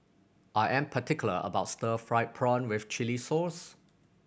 I am particular about stir fried prawn with chili sauce